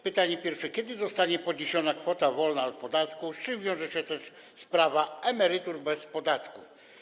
Pytanie pierwsze: Kiedy zostanie podana kwota wolna od podatku, z czym wiąże się też sprawa emerytur bez podatku?